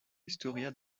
historia